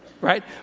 right